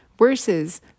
Versus